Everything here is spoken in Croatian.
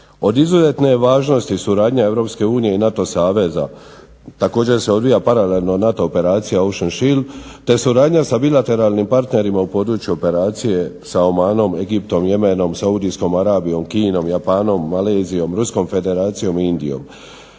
Od izuzetne je važnosti suradnja EU i NATO saveza. Također se odvija paralelno NATO operacija Ocean Shield te suradnja sa bilateralnim partnerima u području operacije sa Omanom, Egiptom, Jemenom, Saudijskom Arabijom, Kinom, Japanom, Malezijom, Ruskom Federacija i Indijom.